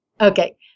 Okay